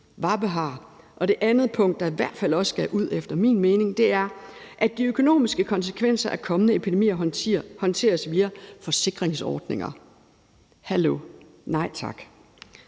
hvadbehager! Det andet punkt, der i hvert fald også skal ud efter min mening, er, at de økonomiske konsekvenser af kommende epidemier håndteres via forsikringsordninger – hallo, nej tak!